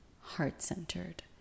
heart-centered